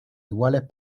iguales